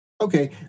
okay